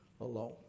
alone